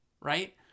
right